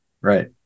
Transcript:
Right